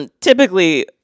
typically